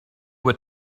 were